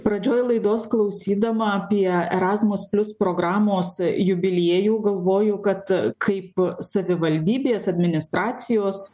pradžioj laidos klausydama apie erasmus plius programos jubiliejų galvoju kad kaip savivaldybės administracijos